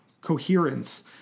coherence